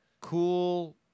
cool